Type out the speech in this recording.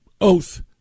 oath